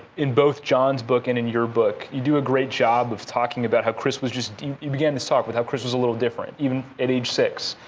in both jon's book and in your book, you do a great job of talking about how chris was just you began this talk with how chris was a little different, even at age six.